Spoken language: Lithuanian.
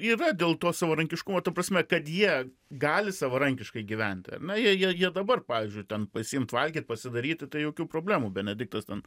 yra dėl to savarankiškumo ta prasme kad jie gali savarankiškai gyventi ar ne jie jie jie dabar pavyzdžiui ten pasiimt valgyt pasidaryti tai jokių problemų benediktas ten